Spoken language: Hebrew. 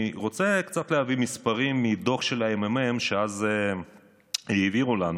אני רוצה קצת להביא מספרים מדוח של הממ"מ שהעבירו לנו